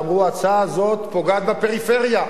ואמרו: ההצעה הזאת פוגעת בפריפריה,